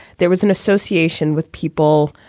there was an association with people,